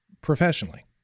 professionally